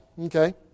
okay